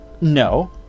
No